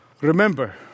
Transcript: remember